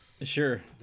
Sure